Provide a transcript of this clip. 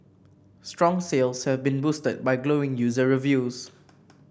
strong sales have been boosted by glowing user reviews